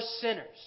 sinners